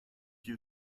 you